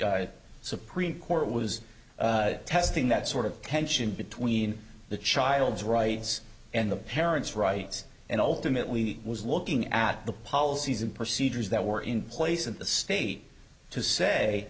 supreme court was testing that sort of tension between the child's rights and the parents rights and ultimately was looking at the policies and procedures that were in place at the state to say